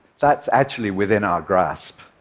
that's actually within our grasp.